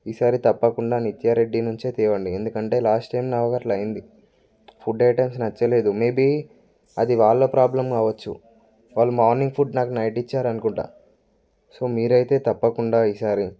ఈసారి తప్పకుండా నిత్యారెడ్డి నుంచే తేండి ఎందుకంటే లాస్ట్ టైం నాకు అట్లా అయింది ఫుడ్ ఐటమ్స్ నచ్చలేదు మేబీ అది వాళ్ళ ప్రాబ్లమ్ కావచ్చు వాళ్ళు మార్నింగ్ ఫుడ్ నాకు నైట్ ఇచ్చారు అనుకుంటాను సో మీరు అయితే తప్పకుండా ఈసారి